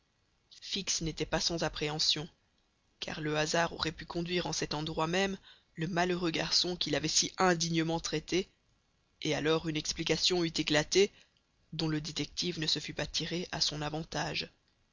fix n'était pas sans appréhension car le hasard aurait pu conduire en cet endroit même le malheureux garçon qu'il avait si indignement traité et alors une explication eût éclaté dont le détective ne se fût pas tiré à son avantage